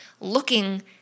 looking